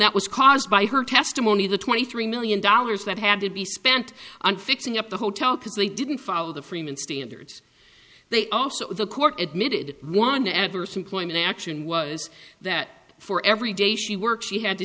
that was caused by her testimony the twenty three million dollars that had to be spent on fixing up the hotel because they didn't follow the freeman standards they also the court admitted one ever some climate action was that for every day she works she had to